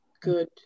good